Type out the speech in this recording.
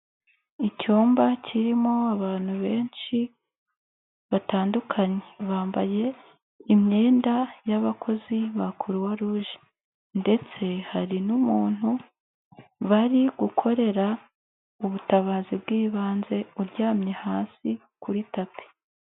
Icyumba kirimo abantu benshi batandukanye, bambaye imyenda y'abakozi ba Croix Rouge, ndetse hari n'umuntu bari gukorera ubutabazi bw'ibanze uryamye hasi kuri tapi.